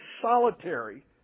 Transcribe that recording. solitary